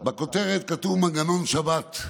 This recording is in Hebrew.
בכותרת כתוב "מנגנון שבת",